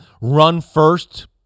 run-first